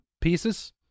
pieces